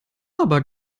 aber